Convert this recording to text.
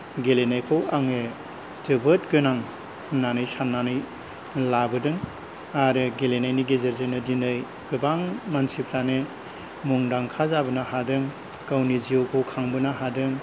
गेलेनायखौ आङो जोबोद गोनां होन्नानै सान्नानै लाबोदों आरो गेलेनायनि गेजेरजोंनो दिनै गोबां मानसिफोरानो मुंदांखा जाबोनो हादों गावनि जिउखौ खांबोनो हादों